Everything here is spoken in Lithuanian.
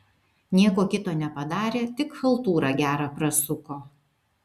nieko kito nepadarė tik chaltūrą gerą prasuko